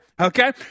okay